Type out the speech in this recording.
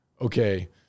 okay